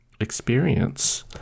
experience